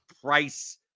price-